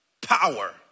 Power